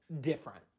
different